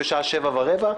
והמלצה על יושבי-ראש הוועדות.